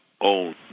own